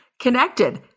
connected